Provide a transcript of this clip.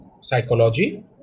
psychology